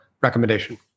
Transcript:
recommendation